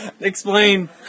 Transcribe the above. Explain